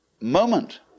moment